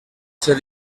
ser